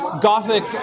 Gothic